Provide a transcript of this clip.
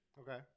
Okay